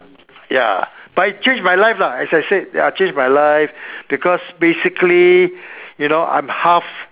ya but it changed my life lah as I said ya change my life because basically you know I'm half